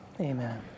Amen